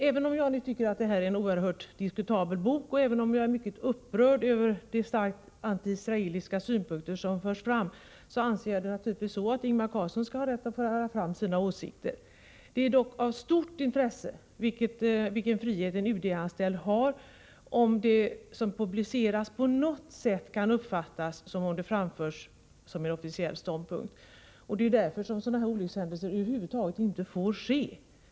Även om jag nu tycker att det här är en oerhört diskutabel bok och även om jag är mycket upprörd över de starkt anti-israeliska synpunkter som förs fram där, tycker jag naturligtvis att Ingemar Karlsson skall ha rätt att föra fram sina åsikter. Det är dock av stort intresse att få klarlagt vilken frihet en UD-anställd har, när det publiceras material som på något sätt kan uppfattas som om det är en officiell ståndpunkt. Det är därför sådana här olyckshändelser över huvud taget inte får ske.